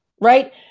right